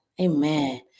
Amen